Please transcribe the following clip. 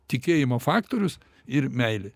tikėjimo faktorius ir meilė